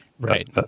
Right